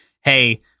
hey